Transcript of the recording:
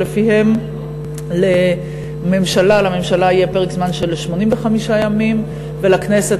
שלפיהן לממשלה יהיה פרק זמן של 85 יום ולכנסת